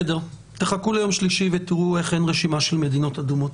תחכו ליום שלישי ותראו איך אין רשימה של מדינות אדומות.